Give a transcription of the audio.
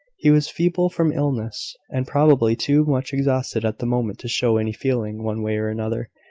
he was feeble from illness, and probably too much exhausted at the moment to show any feeling, one way or another.